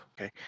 Okay